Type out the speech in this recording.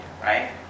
right